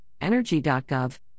Energy.gov